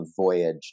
voyage